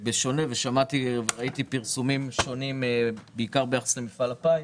וראיתי פרסומים שונים, בעיקר ביחס למפעל הפיס